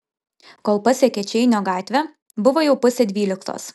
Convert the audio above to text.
kol pasiekė čeinio gatvę buvo jau pusė dvyliktos